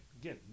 Again